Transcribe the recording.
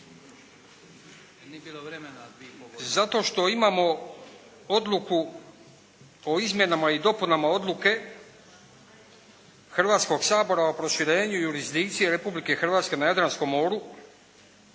zato što imamo odluku o izmjenama i dopunama odluke Hrvatskoga sabora o proširenju jurisdikcije Republike Hrvatske na Jadranskom moru